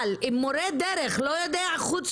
אבל אם מורה דרך לא יודע שפה נוספת חוץ